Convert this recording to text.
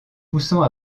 poussant